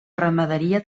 ramaderia